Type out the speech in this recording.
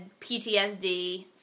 PTSD